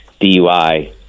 DUI